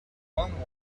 one